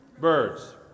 Birds